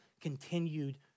continued